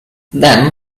then